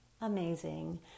amazing